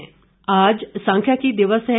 सांख्यिकी दिवस आज सांख्यिकी दिवस है